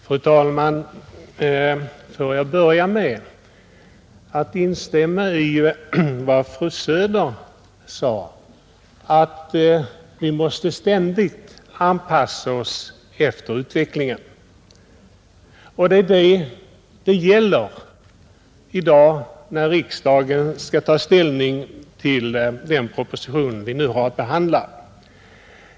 Fru talman! Får jag börja med att instämma i vad fru Söder sade, nämligen att vi ständigt måste anpassa oss efter utvecklingen. Det är vad det gäller när riksdagen i dag skall ta ställning till den proposition vi nu har att behandla.